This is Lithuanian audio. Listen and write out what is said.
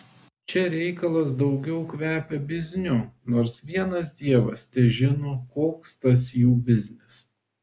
čia reikalas daugiau kvepia bizniu nors vienas dievas težino koks tas jų biznis